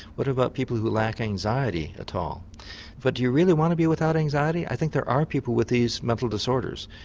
what about people who lack anxiety at all but do you really want to be without anxiety? i think there are people with these mental disorders,